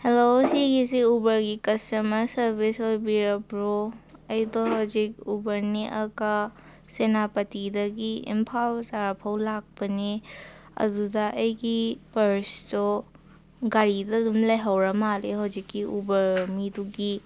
hello ꯁꯤꯒꯤꯁꯤ ꯎꯕꯔꯒꯤ customer service ꯑꯣꯏꯕꯤꯔꯕ꯭ꯔꯣ ꯑꯩꯗꯣ ꯍꯧꯖꯤꯛ ꯎꯕꯔ ꯅꯦꯛꯑꯒ ꯁꯦꯅꯥꯄꯇꯤꯗꯒꯤ ꯏꯝꯐꯥꯜ ꯁꯍꯔꯐꯥꯎ ꯂꯥꯛꯄꯅꯦ ꯑꯗꯨꯗ ꯑꯩꯒꯤ ꯄꯔꯁꯇꯣ ꯒꯥꯔꯤꯗꯗꯨꯝ ꯂꯩꯍꯧꯔ ꯃꯥꯜꯂꯦ ꯍꯧꯖꯤꯛꯀꯤ ꯎꯕꯔ ꯃꯤꯗꯨꯒꯤ